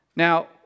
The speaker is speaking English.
Now